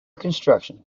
construction